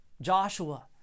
Joshua